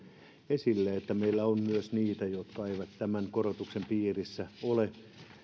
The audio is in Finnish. esille että meillä on myös niitä jotka eivät tämän korotuksen piirissä ole